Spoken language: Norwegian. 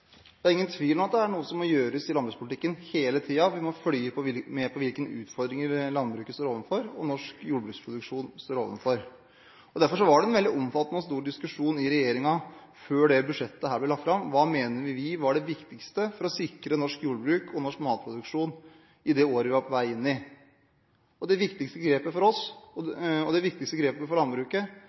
Det er ingen tvil om at det er noe som må gjøres i landbrukspolitikken hele tiden. Vi må følge med på hvilke utfordringer landbruket og norsk jordbruksproduksjon står overfor. Derfor var det en veldig omfattende og stor diskusjon i regjeringen før dette budsjettet ble lagt fram: Hva mente vi var det viktigste for å sikre norsk jordbruk og norsk matproduksjon i det året vi var på vei inn i? Det viktigste grepet for oss, og det viktigste grepet for landbruket,